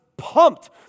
pumped